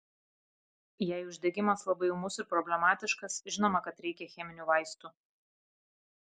jei uždegimas labai ūmus ir problematiškas žinoma kad reikia cheminių vaistų